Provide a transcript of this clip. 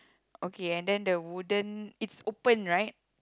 okay and then the wooden it's open right